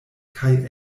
kaj